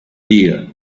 deer